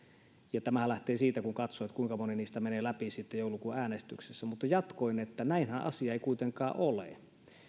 ja tämähän lähtee siitä kun katsoo että kuinka moni niistä menee läpi sitten joulukuun äänestyksessä jatkoin että näinhän asia ei kuitenkaan ole